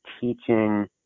teaching